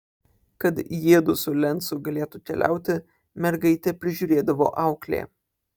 kad jiedu su lencu galėtų keliauti mergaitę prižiūrėdavo auklė